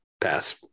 pass